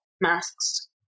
masks